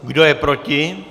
Kdo je proti?